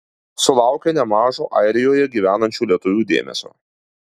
sulaukė nemažo airijoje gyvenančių lietuvių dėmesio